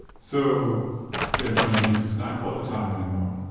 so there's no need to snack all the time anymore.